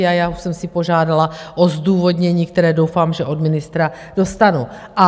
A já už jsem si požádala o zdůvodnění, které doufám, že od ministra dostanu.